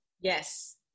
Yes